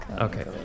Okay